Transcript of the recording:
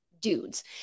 dudes